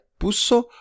puso